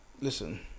Listen